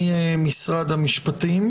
ממשרד המשפטים,